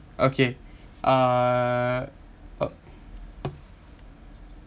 okay uh oh